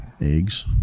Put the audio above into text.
Eggs